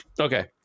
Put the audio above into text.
Okay